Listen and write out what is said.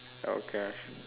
okay